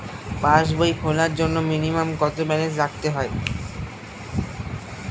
পাসবই খোলার জন্য মিনিমাম কত ব্যালেন্স রাখতে হবে?